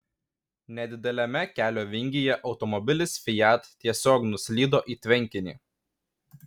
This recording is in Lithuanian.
nedideliame kelio vingyje automobilis fiat tiesiog nuslydo į tvenkinį